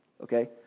Okay